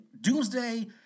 Doomsday